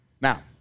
Now